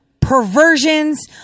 perversions